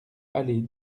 allée